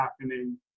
happening